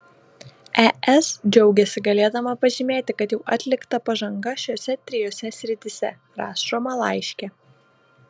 es džiaugiasi galėdama pažymėti kad jau atlikta pažanga šiose trijose srityse rašoma laiške